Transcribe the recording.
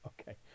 Okay